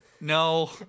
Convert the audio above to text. No